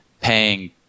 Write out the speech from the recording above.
paying